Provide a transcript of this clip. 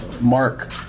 mark